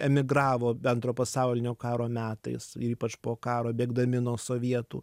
emigravo antro pasaulinio karo metais ir ypač po karo bėgdami nuo sovietų